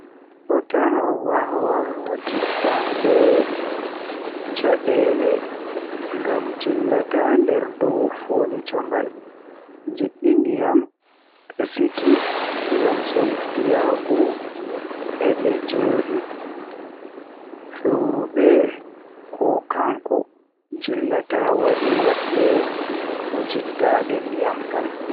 Fota waawaa njiddaade caɗeele ngam njillataa nder dow furniture ngal. Njidi ndiyam e siki ngam sabu fiyaangu e ɗe jooɗi. Fowrude ko kaŋko, njillataa waɗi waɗde no njiddaade ndiyam ngal.